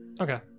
Okay